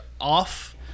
off